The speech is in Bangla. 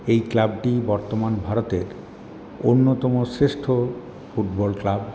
এই ক্লাবটি বর্তমান ভারতের অন্যতম শ্রেষ্ঠ ফুটবল ক্লাব